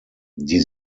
die